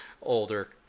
older